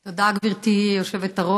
תודה, גברתי היושבת-ראש.